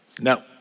No